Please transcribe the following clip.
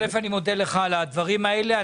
אני מודה לך על הדברים האלה.